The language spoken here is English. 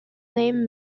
name